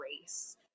grace